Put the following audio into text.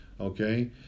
okay